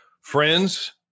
Friends